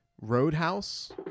Roadhouse